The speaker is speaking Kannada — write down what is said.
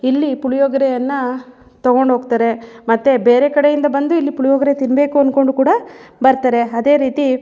ಇಲ್ಲಿ ಪುಳಿಯೋಗರೆಯನ್ನ ತಗೊಂಡೋಗ್ತಾರೆ ಮತ್ತು ಬೇರೆ ಕಡೆಯಿಂದ ಬಂದು ಇಲ್ಲಿ ಪುಳಿಯೋಗರೆ ತಿನ್ನಬೇಕು ಅನ್ಕೊಂಡು ಕೂಡ ಬರ್ತಾರೆ ಅದೇ ರೀತಿ